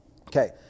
Okay